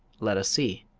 let us see.